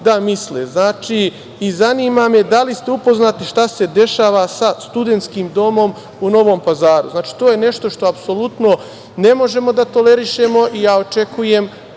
da misle. Zanima me da li ste upoznati šta se dešava sa studentskim domom u Novom Pazaru. Znači, to je nešto što apsolutno ne možemo da tolerišemo i ja očekujem